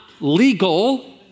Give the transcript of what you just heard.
legal